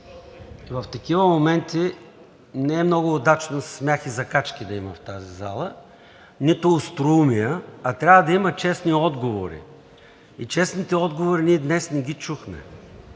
в такива моменти не е много удачно смях и закачки да има в тази зала, нито остроумия, а трябва да има честни отговори и честните отговори ние днес не ги чухме.